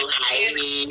hi